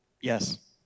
Yes